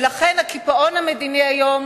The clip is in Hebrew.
ולכן הקיפאון המדיני היום